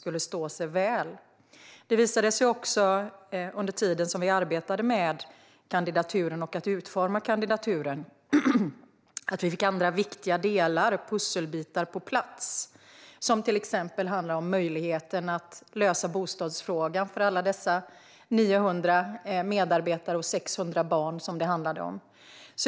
Under tiden som vi arbetade med att utforma kandidaturen visade det sig också att vi fick andra viktiga delar, pusselbitar, på plats. Det handlade till exempel om möjligheten att lösa bostadsfrågan för alla de 900 medarbetare och 600 barn som det handlade om.